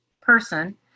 person